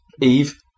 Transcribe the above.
Eve